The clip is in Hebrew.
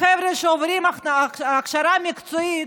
החבר'ה שעוברים הכשרה מקצועית,